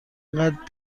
اینقد